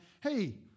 hey